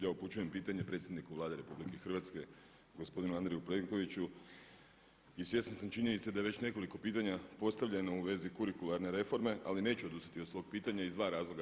Ja upućujem pitanje predsjedniku Vlade RH gospodinu Andreju Plenkoviću i svjestan sam činjenice da je već nekoliko pitanja postavljeno u vezi kurikularne reforme ali neću odustati od svog pitanja iz dva razloga.